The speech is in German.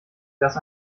das